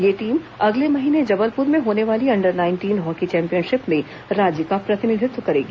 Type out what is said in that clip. यह टीम अगले महीने जबलपुर में होने वाली अंडर नाइन्टीन हॉकी चैंपियनशिप में राज्य का प्रतिनिधित्व करेगी